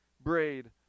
braid